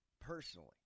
Personally